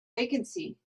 vacancy